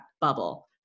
bubble